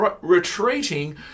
retreating